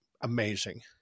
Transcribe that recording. amazing